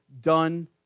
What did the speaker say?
done